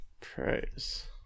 Price